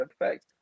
effect